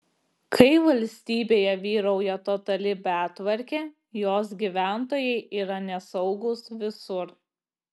kai valstybėje vyrauja totali betvarkė jos gyventojai yra nesaugūs visur